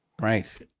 right